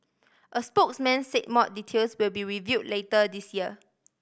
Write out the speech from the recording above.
a spokesman said more details will be reveal later this year